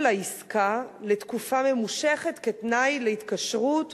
לעסקה לתקופה ממושכת כתנאי להתקשרות,